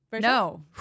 No